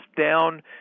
down